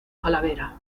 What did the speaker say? calavera